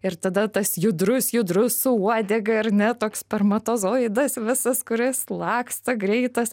ir tada tas judrus judrus su uodega ar ne toks spermatozoidas visas kuris laksto greitas